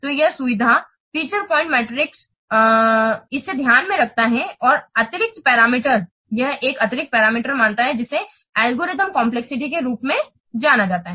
तो यह सुविधा पॉइंट मीट्रिक इसे ध्यान में रखता है और अतिरिक्त पैरामीटर यह एक अतिरिक्त पैरामीटर मानता है जिसे एल्गोरिथम कम्प्लेक्सिटी के रूप में जाना जाता है